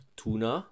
tuna